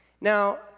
Now